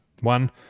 one